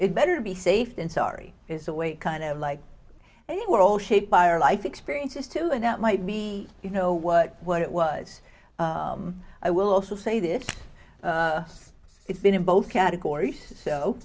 it better to be safe than sorry is a way kind of like they were all shaped by our life experiences too and that might be you know what what it was i will also say this it's been in both categories so